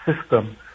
system